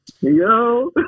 Yo